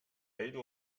ell